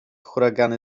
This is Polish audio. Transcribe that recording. huragany